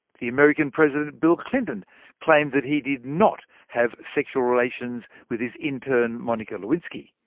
the american president bill clinton claimed that he did not have sexual relations with his intern monica lewinsky.